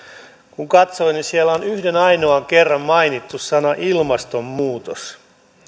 kun katsoin niin siellä on yhden ainoan kerran mainittu sana ilmastonmuutos